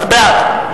אתה בעד.